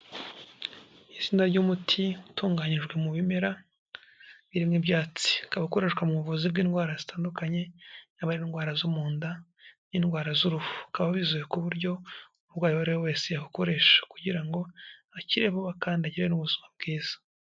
Izina ry'umuti utunganyijwe mu bimera birimo ibyatsi, ukaba ikoreshwa mu buvuzi bw'indwara zitandukanye, indwara zo mu nda n'indwara z'uruhu; ukaba wizewe ku buryo umurwayi uwo ari we wese yawukoresha, kugira ngo akire vuba kandi agire n'ubuzima bwiza.